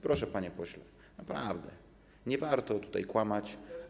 Proszę, panie pośle, naprawdę nie warto tutaj kłamać.